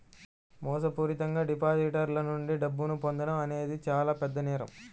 మోసపూరితంగా డిపాజిటర్ల నుండి డబ్బును పొందడం అనేది చానా పెద్ద నేరం